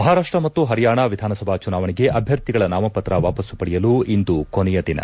ಮಹಾರಾಷ್ಸ ಮತ್ತು ಹರಿಯಾಣ ವಿಧಾನಸಭಾ ಚುನಾವಣೆಗೆ ಅಭ್ನರ್ಥಿಗಳ ನಾಮಪತ್ರ ವಾಪಸ್ತು ಪಡೆಯಲು ಇಂದು ಕೊನೆಯ ದಿನ